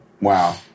wow